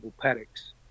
paddocks